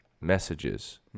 messages